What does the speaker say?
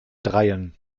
dreien